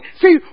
see